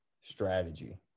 strategy